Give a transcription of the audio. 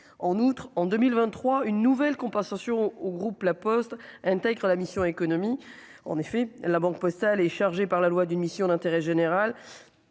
en outre, en 2023 une nouvelle compensation au groupe La Poste intègre la mission Économie : en effet, la Banque Postale est chargé par la loi d'une mission d'intérêt général